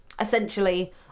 essentially